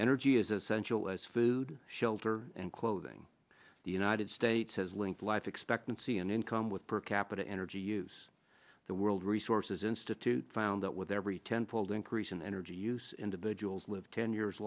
energy is essential as food shelter and clothing the united states has linked life expectancy and income with per capita energy use the world resources institute found that with every tenfold increase in energy use individuals live ten years